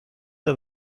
der